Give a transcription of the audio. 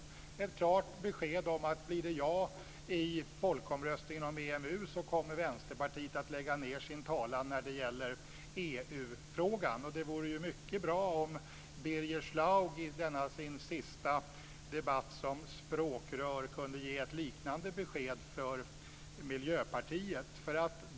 Det var ett klart besked om att Vänsterpartiet kommer att lägga ned sin talan i EU-frågan om det blir ett ja i folkomröstningen om EMU. Det vore mycket bra om Birger Schlaug i denna sin sista debatt som språkrör kunde lämna ett liknande besked från Miljöpartiet.